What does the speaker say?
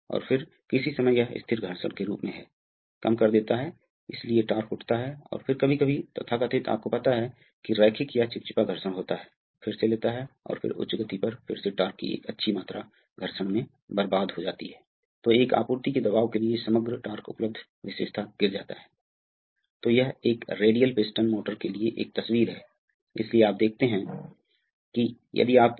और हमारे पास है हमारे पास सामान्य पंप है यह मुख्य वाल्व है ठीक है जिसे संचालित किया जा रहा है यहां राहत वाल्व D है और ये तीन वाल्व हैं जो वास्तव में सीक्वेंसर का कारण बनते हैं ठीक है